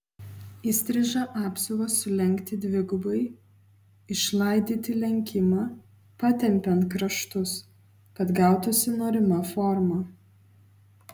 įstrižą apsiuvą sulenkti dvigubai išlaidyti lenkimą patempiant kraštus kad gautųsi norima forma